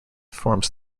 forms